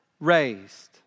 raised